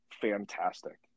fantastic